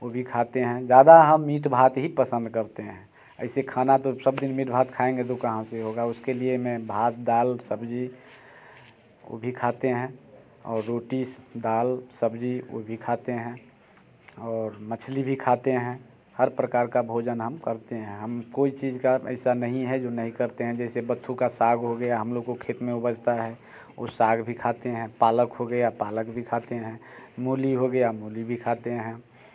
ओभी खाते हैं ज़्यादा हम मीट भात ही पसंद करते हैं ऐसे खाना तो सब दिन मीट भात खाएंगे तो कहाँ से होगा उसके लिए मैं भात दाल सब्जी ओ भी खाते हैं और रोटी दाल सब्जी ओ भी खाते हैं और मछली भी खाते हैं हर प्रकार का भोजन हम करते हैं हम कोई चीज का ऐसा नहीं है जो नहीं करते हैं जैसे बत्थु का साग हो गया हम लोगों को खेत में उभरता है उ साग भी खाते हैं पालक हो गया पालक भी खाते है मूली हो गया मूली भी खाते हैं